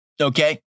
Okay